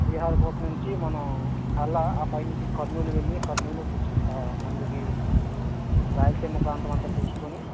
శ్రీహరికోట నుంచి మనం మల్లా ఆ పై నించి కర్నూలు వెళ్ళి కర్నూలు బుజ్ మందుకి రాయలసీమ ప్రాంతమంతా చూసుకొని